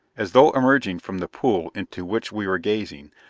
as though emerging from the pool into which we were gazing,